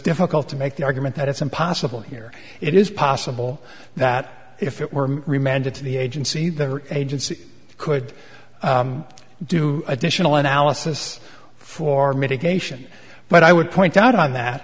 difficult to make the argument that it's impossible here it is possible that if it were remanded to the agency the agency could do additional analysis for mitigation but i would point out on that